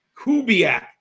Kubiak